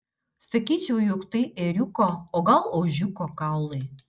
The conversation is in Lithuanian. sakyčiau jog tai ėriuko o gal ožiuko kaulai